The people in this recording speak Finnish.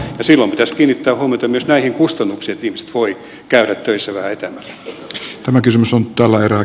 silloin pitäisi kiinnittää huomiota myös näihin kustannuksiin että ihmiset voivat käydä töissä vähän etäämmällä